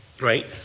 right